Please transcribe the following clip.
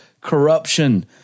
corruption